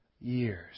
years